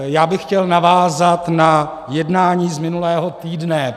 Já bych chtěl navázat na jednání z minulého týdne.